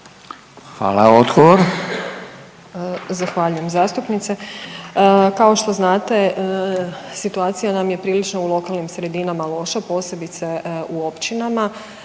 Željka (HDZ)** Zahvaljujem zastupnice. Kao što znate, situacija nam je prilično, u lokalnim sredinama loša, posebice u općinama.